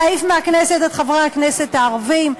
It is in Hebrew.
להעיף מהכנסת את חברי הכנסת הערבים?